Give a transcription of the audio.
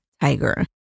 tiger